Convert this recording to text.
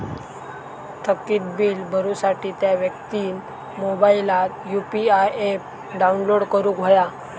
थकीत बील भरुसाठी त्या व्यक्तिन मोबाईलात यु.पी.आय ऍप डाउनलोड करूक हव्या